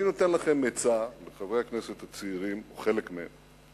אני נותן לכם עצה, חברי הכנסת הצעירים, חלק מהם,